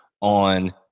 on